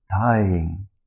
dying